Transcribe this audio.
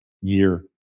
year